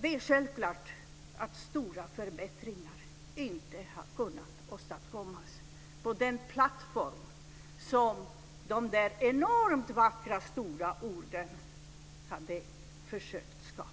Det är självklart att stora förbättringar inte har kunnat åstadkommas på den plattform som de där enormt vackra, stora orden hade försökt skapa.